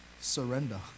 surrender